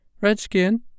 Redskin